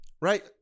right